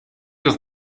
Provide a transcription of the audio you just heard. doch